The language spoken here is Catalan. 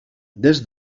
des